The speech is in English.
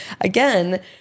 again